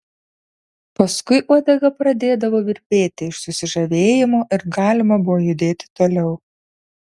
paskui uodega pradėdavo virpėti iš susižavėjimo ir galima buvo judėti toliau